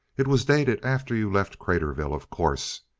it was dated after you left craterville, of course.